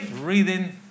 reading